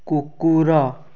କୁକୁର